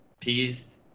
peace